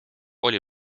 oli